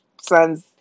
sons